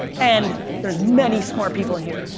and there's many smart people in here.